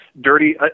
dirty